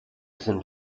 sind